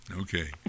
Okay